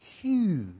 huge